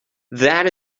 that